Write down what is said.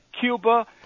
Cuba